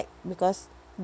because